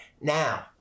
now